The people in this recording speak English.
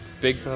Big